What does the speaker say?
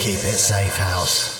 Keep it safe, house.